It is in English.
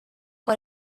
for